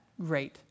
great